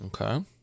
Okay